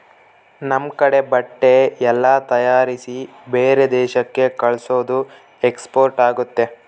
ನಮ್ ಕಡೆ ಬಟ್ಟೆ ಎಲ್ಲ ತಯಾರಿಸಿ ಬೇರೆ ದೇಶಕ್ಕೆ ಕಲ್ಸೋದು ಎಕ್ಸ್ಪೋರ್ಟ್ ಆಗುತ್ತೆ